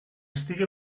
estigui